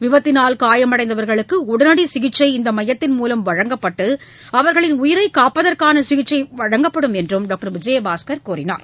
விபத்தினால் காயமடைந்தவர்களுக்கு உடனடி சிகிச்சை இந்த மையத்தின் மூலம் வழங்கப்பட்டு அவர்களின் உயிரை காப்பதற்கான சிகிச்சை வழங்கப்படும் என்றும் டாக்டர் விஜயபாஸ்கர் கூறினார்